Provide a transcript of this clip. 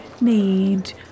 need